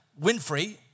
Winfrey